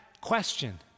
question